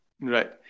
Right